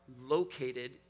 located